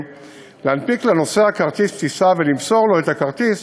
להנפיק לנוסע כרטיס טיסה ולמסור לו את הכרטיס